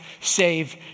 save